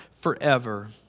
forever